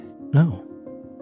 No